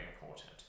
important